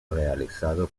realizado